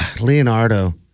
Leonardo